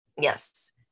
Yes